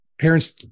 parents